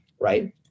right